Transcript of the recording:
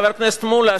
חבר הכנסת מולה,